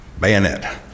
bayonet